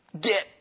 get